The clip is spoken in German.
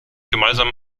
gemeinsam